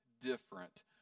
different